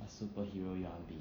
what superhero you want to be